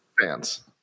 fans